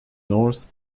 north